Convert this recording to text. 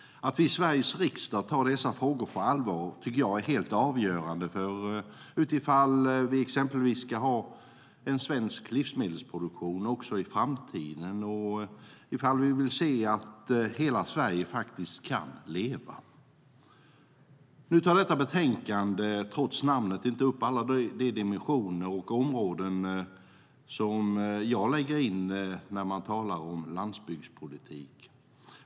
Att vi i Sveriges riksdag tar dessa frågor på allvar är helt avgörande för ifall vi exempelvis ska ha en svensk livsmedelsproduktion också i framtiden och ifall vi vill se till att hela Sverige kan leva. Detta betänkande tar, trots namnet, inte upp alla de dimensioner och områden som jag lägger in när man talar om landsbygdspolitik.